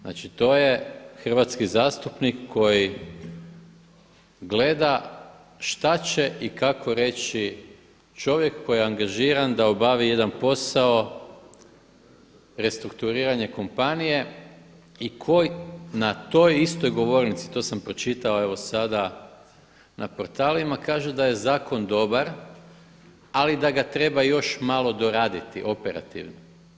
Znači to je hrvatski zastupnik koji gleda šta će i kako reći čovjek koji je angažiran da obavi jedan posao restrukturiranje kompanije i koji na toj istoj govornici, to sam pročitao evo sada na portalima, kaže da je zakon dobar, ali da ga treba još malo doraditi operativno.